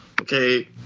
okay